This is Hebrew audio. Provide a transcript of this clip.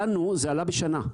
לנו זה עלה בשנה.